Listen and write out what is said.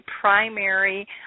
primary